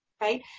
right